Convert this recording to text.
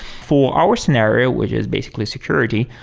for our scenario, which is basically security.